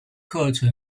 课程